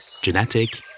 genetic